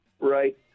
Right